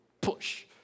push